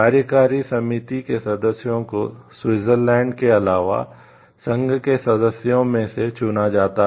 कार्यकारी समिति के सदस्यों को स्विट्जरलैंड सदस्य होता है